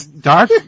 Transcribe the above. Dark